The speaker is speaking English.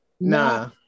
Nah